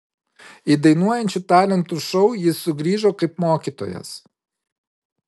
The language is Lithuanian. į dainuojančių talentų šou jis sugrįžo kaip mokytojas